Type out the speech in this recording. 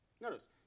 Notice